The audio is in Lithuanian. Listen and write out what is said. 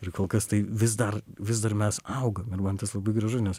ir kol kas tai vis dar vis dar mes augam ir man tas labai gražu nes